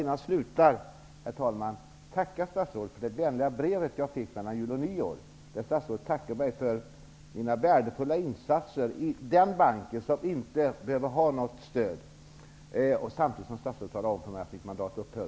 Innan jag avslutar mitt anförande vill jag tacka statsrådet för det vänliga brev som jag fick mellan jul och nyår där statsrådet tackar mig för mina värdefulla insatser i den bank som inte behöver ha något stöd, samtidigt som statsrådet talar om för mig att mitt mandat upphör.